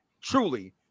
truly